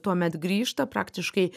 tuomet grįžta praktiškai